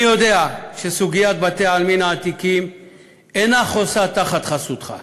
אני יודע שסוגיית בתי-העלמין העתיקים אינה תחת חסותך.